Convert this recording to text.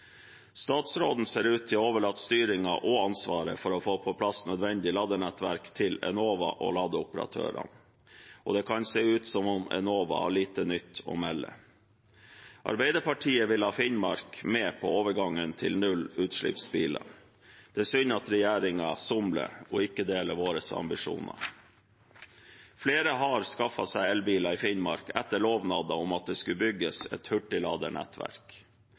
Statsråden ser ut til å overlate styringen og ansvaret for å få på plass nødvendig ladenettverk til Enova og ladeoperatørene, og det kan se ut som om Enova har lite nytt å melde. Arbeiderpartiet vil ha Finnmark med på overgangen til nullutslippsbiler. Det er synd at regjeringen somler og ikke deler våre ambisjoner. Flere har skaffet seg elbiler i Finnmark etter lovnader om at det skulle bygges et